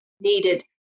needed